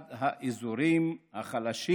אחד האזורים החלשים